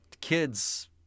kids